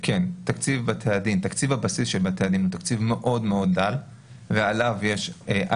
תקציב הבסיס של בתי הדין הוא התקציב מאוד מאוד דל ועליו ועל